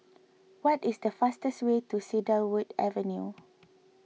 what is the fastest way to Cedarwood Avenue